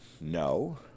no